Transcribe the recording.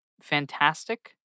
fantastic